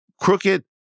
Crooked